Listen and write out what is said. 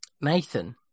Nathan